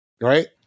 Right